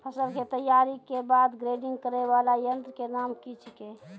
फसल के तैयारी के बाद ग्रेडिंग करै वाला यंत्र के नाम की छेकै?